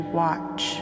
watch